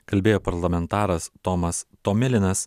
kalbėjo parlamentaras tomas tomilinas